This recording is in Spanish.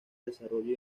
desarrollo